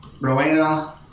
Rowena